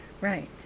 right